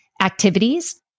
activities